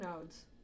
nodes